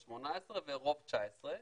18' ורוב 19',